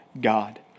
God